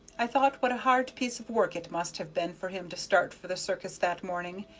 i thought what a hard piece of work it must have been for him to start for the circus that morning,